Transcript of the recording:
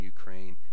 Ukraine